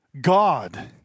God